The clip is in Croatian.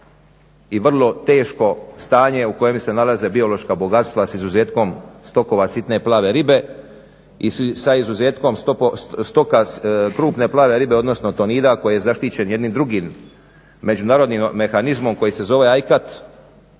i vrlo teško stanje u kojem se nalaze biološka bogatstva s izuzetkom stokova sitne plave ribe i sa izuzetkom stoka krupne plave ribe, odnosno tonida koji je zaštićen jednim drugim međunarodnim mehanizmom koji se zove …/Ne